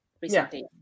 recently